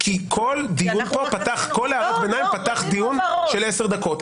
-- כי כל הערת ביניים פתחה דיון של עשר דקות.